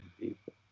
people